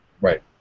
Right